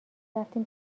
رفتیم